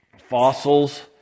fossils